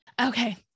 okay